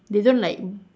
they don't like